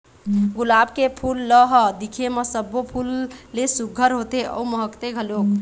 गुलाब के फूल ल ह दिखे म सब्बो फूल ले सुग्घर होथे अउ महकथे घलोक